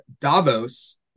Davos